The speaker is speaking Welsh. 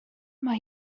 mae